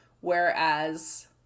whereas